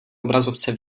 obrazovce